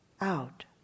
out